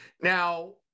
Now